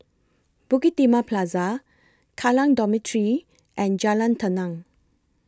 Bukit Timah Plaza Kallang Dormitory and Jalan Tenang